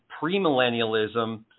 premillennialism